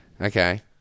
Okay